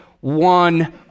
one